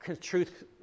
truth